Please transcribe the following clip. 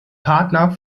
partner